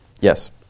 Yes